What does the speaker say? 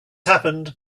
happened